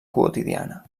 quotidiana